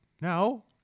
No